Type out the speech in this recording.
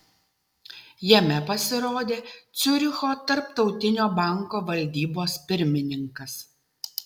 jame pasirodė ciuricho tarptautinio banko valdybos pirmininkas